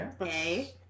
Okay